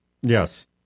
Yes